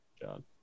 John